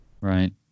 right